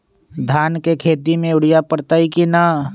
धान के खेती में यूरिया परतइ कि न?